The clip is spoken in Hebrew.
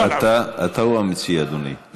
אתה הוא המציע, אדוני.